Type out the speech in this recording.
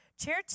Chair